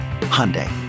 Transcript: Hyundai